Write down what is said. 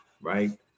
right